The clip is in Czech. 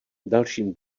dalším